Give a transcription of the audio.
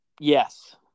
Yes